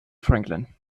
franklin